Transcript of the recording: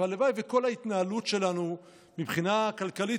והלוואי שכל ההתנהלות שלנו מבחינה כלכלית,